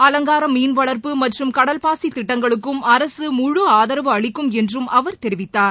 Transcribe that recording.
அலங்கார மீன்வளா்ப்பு மற்றும் கடல்பாசி திட்டங்களுக்கும் அரசு முழு ஆதரவு அளிக்கும் என்றும் அவா் தெரிவித்தார்